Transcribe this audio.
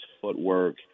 footwork